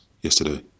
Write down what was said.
yesterday